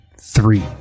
three